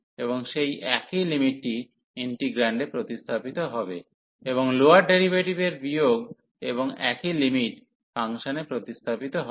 এবং সেই একই লিমিটটি ইন্টিগ্রান্ডে প্রতিস্থাপিত হবে এবং লোয়ার ডেরিভেটিভের বিয়োগ এবং একই লিমিট ফাংশনে প্রতিস্থাপিত হবে